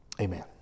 Amen